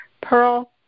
Pearl